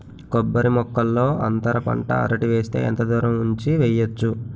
కొబ్బరి మొక్కల్లో అంతర పంట అరటి వేస్తే ఎంత దూరం ఉంచి వెయ్యొచ్చు?